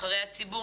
נבחרי הציבור,